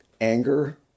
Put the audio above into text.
anger